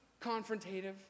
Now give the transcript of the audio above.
confrontative